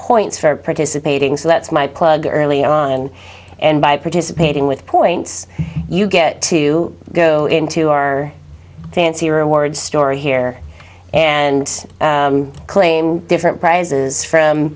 points for participating so that's my plug early on and by participating with points you get to go into our fancier word store here and claim different prizes from